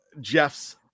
Jeff's